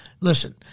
listen